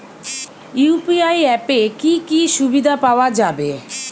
UPI অ্যাপে কি কি সুবিধা পাওয়া যাবে?